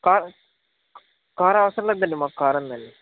కా కార్ అవసరం లేదండి మాకు కార్ ఉందండి